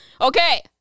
Okay